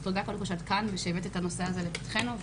אז תודה שאת כאן ושהבאת את הנושא הזה לפתחנו.